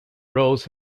rose